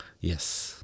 Yes